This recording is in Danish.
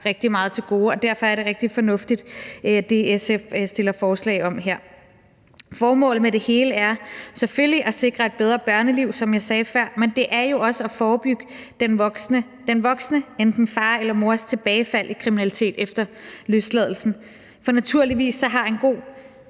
børn meget til gode, og derfor er det rigtig fornuftigt, hvad SF stiller forslag om her. Formålet med det hele er selvfølgelig at sikre et bedre børneliv, som jeg sagde før, men det er jo også at forebygge den voksne enten fars eller mors tilbagefald til kriminalitet efter løsladelsen. For naturligvis har en god